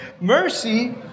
mercy